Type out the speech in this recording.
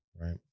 Right